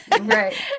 Right